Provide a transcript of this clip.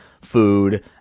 food